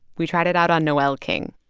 we tried it out on noel king